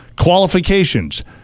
Qualifications